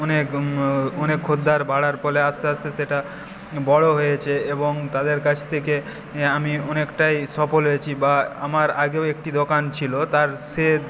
অনেক অনেক খদ্দের বাড়ার ফলে আস্তে আস্তে সেটা বড়ো হয়েছে এবং তাদের কাছ থেকে আমি অনেকটাই সফল হয়েছি বা আমার আগেও একটি দোকান ছিল তার সে